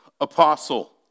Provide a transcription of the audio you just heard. apostle